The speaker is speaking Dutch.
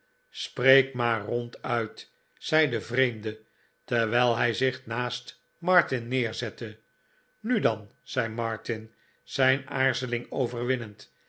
spreek maar ronduit zei de vreemde terwijl hij zich naast martin neerzette nu dan zei martin zijn aarzeling overwinnend